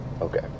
Okay